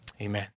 Amen